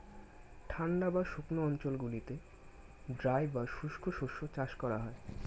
ঠান্ডা বা শুকনো অঞ্চলগুলিতে ড্রাই বা শুষ্ক শস্য চাষ করা হয়